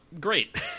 great